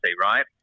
right